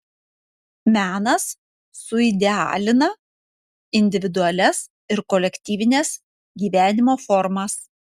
menas suidealina individualias ir kolektyvines gyvenimo formas